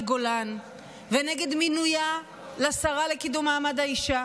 גולן ונגד מינויה לשרה לקידום מעמד האישה.